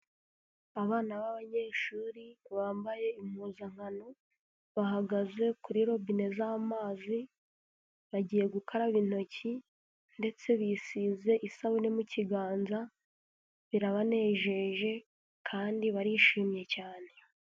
Abana b'abanyeshuri bambaye impuzankano bahagaze kuri robine z'amazi, bagiye gukaraba intoki ndetse bisize isabune mu kiganza birabanejeje kandi barishimye cyane.